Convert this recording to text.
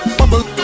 bubble